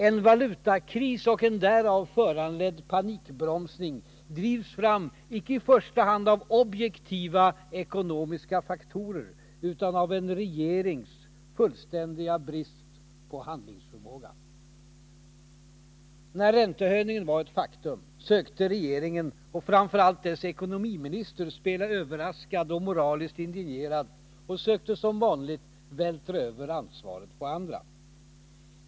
En valutakris och en därav föranledd panikbromsning drivs fram icke i första hand av objektiva ekonomiska faktorer, utan av en regerings fullständiga brist på handlingsförmåga. När räntehöjningen var ett faktum sökte regeringen och framför allt dess ekonomiminister spela överraskad och moraliskt indignerad och sökte som vanligt vältra över ansvaret på andra.